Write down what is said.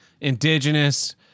indigenous